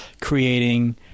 creating